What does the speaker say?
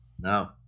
no